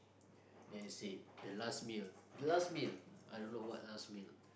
then you said the last meal the last meal I don't know what last meal